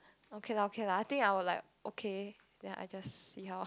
okay lah okay lah I think I will like okay then I just see how